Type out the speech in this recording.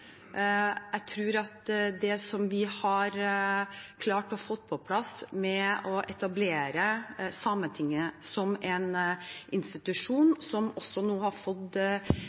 Jeg tror at det vi har klart å få på plass ved å etablere Sametinget som en institusjon, som nå også har fått